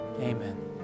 amen